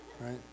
Right